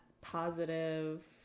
positive